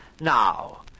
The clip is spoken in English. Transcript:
Now